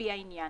לפי העניין."